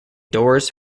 doors